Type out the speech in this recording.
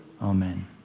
Amen